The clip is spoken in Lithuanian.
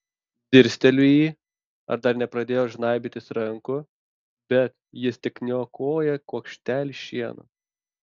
dirsteliu į jį ar dar nepradėjo žnaibytis rankų bet jis tik niokoja kuokštelį šieno